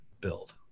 build